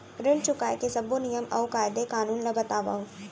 ऋण चुकाए के सब्बो नियम अऊ कायदे कानून ला बतावव